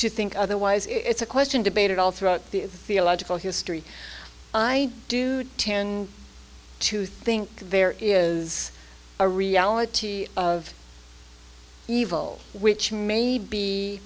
to think otherwise it's a question debated all throughout the theological history i do tend to think there is a reality of evil which may be